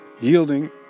yielding